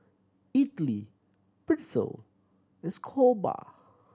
Idili Pretzel and